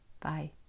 Bye